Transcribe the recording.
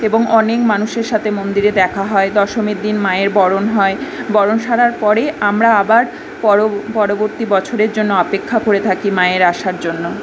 এবং অনেক মানুষের সাথে মন্দিরে দেখা হয় দশমীর দিন মায়ের বরণ হয় বরণ সারার পরেই আমরা আবার পরবর্তী বছরের জন্য অপেক্ষা করে থাকি মায়ের আসার জন্য